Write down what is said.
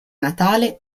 natale